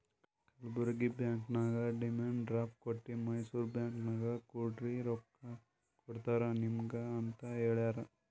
Kalburgi bank ನಾಗ್ demand draft ಕೊಟ್ಟಿ Mysore bank ನಾಗ್ ಕೊಡ್ರಿ ರೊಕ್ಕಾ ಕೊಡ್ತಾರ ನಿಮುಗ ಅಂತ್ ಹೇಳ್ಯಾರ್